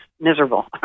miserable